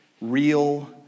real